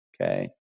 okay